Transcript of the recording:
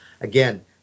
again